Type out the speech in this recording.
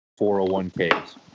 401ks